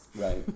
right